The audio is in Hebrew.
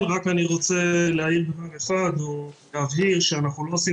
אני אפילו לא נכנסת לכל אלה שכן נשואים